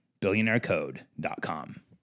Billionairecode.com